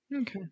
Okay